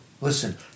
Listen